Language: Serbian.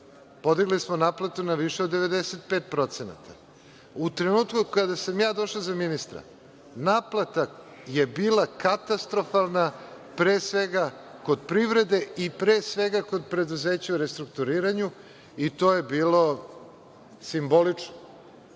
Podigli smo naplatu na više od 95% procenata. U trenutku kada sam ja došao za ministra, naplata je bila katastrofalna pre svega kod privrede, pre svega kod preduzeća u restrukturiranju i to je bilo simbolično.